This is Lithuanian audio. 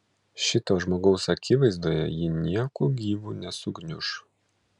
šito žmogaus akivaizdoje ji nieku gyvu nesugniuš